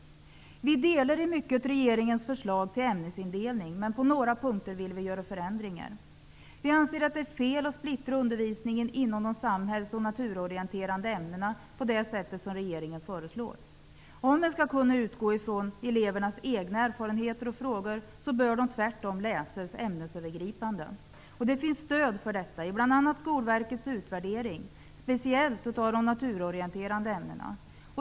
Vi instämmer i stora delar av regeringens förslag till ämnesindelning, men på några punkter vill vi göra ändringar. Vi anser att det är fel att splittra undervisningen inom de samhälls och naturorienterande ämnena på det sätt som regeringen föreslår. Om man skall kunna utgå från elevernas egna erfarenheter och frågor bör ämnena tvärtom läsas ämnesövergripande. Det finns stöd för detta bl.a. i Skolverkets utvärdering -- speciellt av de naturorienterande ämnena.